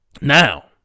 Now